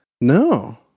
No